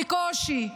בקושי,